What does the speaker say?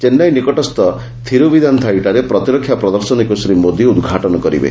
ଚେନ୍ନାଇ ନିକଟସ୍ଥ ଥିରୁ ବିଧାନଥାଇଠାରେ ପ୍ରତିରକ୍ଷା ପ୍ରଦର୍ଶନୀକୁ ଶ୍ରୀ ମୋଦି ଉଦ୍ଘାଟନ କରିବେ